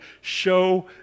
show